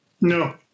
No